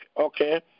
okay